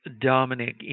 Dominic